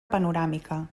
panoràmica